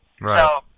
Right